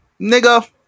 Nigga